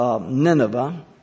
Nineveh